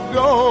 go